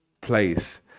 place